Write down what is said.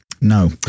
No